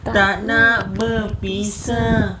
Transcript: tak nak berpisah